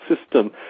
system